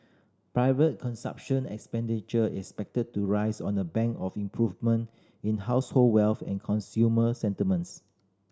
private consumption expenditure is expected to rise on the back of improvement in household wealth and consumer sentiments